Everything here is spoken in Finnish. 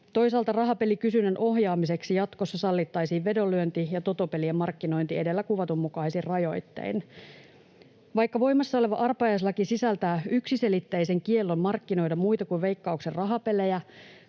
Toisaalta rahapelikysynnän ohjaamiseksi sallittaisiin jatkossa vedonlyönti‑ ja totopelien markkinointi edellä kuvatun mukaisin rajoittein. Vaikka voimassa oleva arpajaislaki sisältää yksiselitteisen kiellon markkinoida muita kuin Veikkauksen rahapelejä,